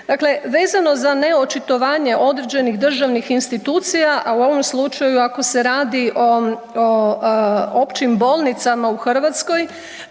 Dakle, vezano za neočitovanje određenih državnih institucija, a u ovom slučaju ako se radi o općim bolnicama u Hrvatskoj